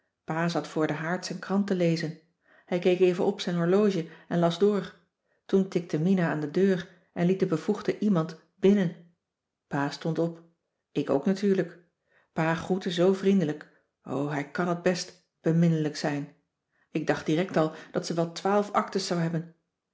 pa zat voor den haard zijn krant te lezen hij keek even op zijn horloge en las door toen tikte mina aan de deur en liet de bevoegde iemand binnen pa stond op ik ook natuurlijk pa groette zoo vriendelijk o hij kan het best beminnelijk zijn ik dacht direct al dat ze wel twaalf actes zou hebben